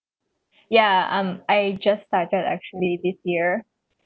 yeah um I just started actually this year